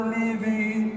living